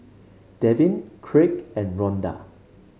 Devyn Craig and Ronda